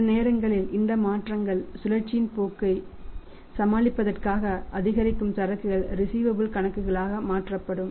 சில நேரங்களில் இந்த மாற்றங்கள் சுழற்சியின் போக்குகளைச் சமாளிப்பதற்காக அதிகரிக்கும் சரக்குகள் ரிஸீவபல்ஸ் கணக்குகளாக மாற்றப்படும்